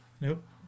Nope